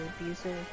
abusive